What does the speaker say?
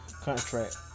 contract